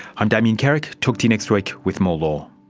i'm damien carrick, talk to you next week with more law